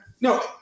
no